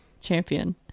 champion